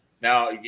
Now –